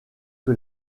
que